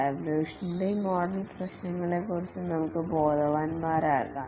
evolutionary model പ്രശ്നങ്ങളെക്കുറിച്ച് നമുക്ക് ബോധവാന്മാരാകാം